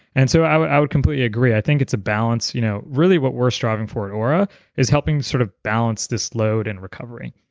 and so i would i would completely agree i think it's a balance. you know really what we're striving for at oura is helping sort of balance this load and recovery.